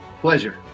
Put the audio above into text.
Pleasure